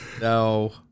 No